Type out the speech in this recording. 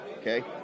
okay